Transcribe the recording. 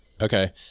Okay